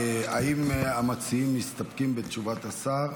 האם המציעים מסתפקים בתשובת השר?